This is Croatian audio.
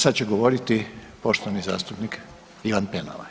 Sad će govoriti poštovani zastupnik Ivan Penava.